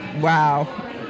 Wow